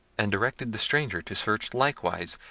and directed the stranger to search likewise,